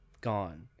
gone